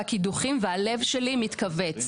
את הקידוחים והלב שלי מתכווץ,